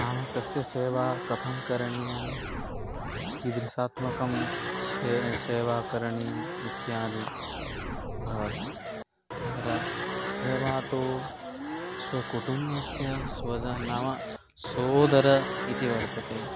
नाम तस्य सेवा कथं करणीया कीदृशात्मिका सा सेवा करणीया इत्यादि भवति तत्र सेवा तु स्वकुटुम्बस्य स्वजनस्य नाम सोदरः इति वर्तते